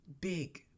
big